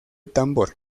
tambor